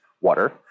water